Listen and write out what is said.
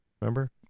Remember